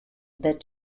that